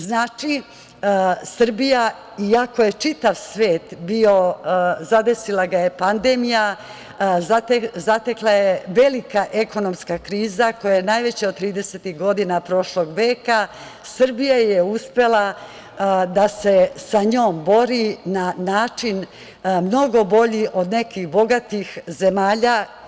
Znači, Srbija iako je čitav svet zadesila pandemija, zatekla ga je velika ekonomska kriza koja je najveća od tridesetih godina prošlog veka, Srbija je uspela da se sa njom bori na način mnogo bolji od nekih bogatih zemalja.